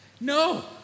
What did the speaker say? No